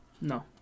No